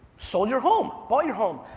sold your home, bought your home,